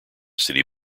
city